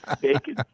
bacon